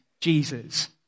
Jesus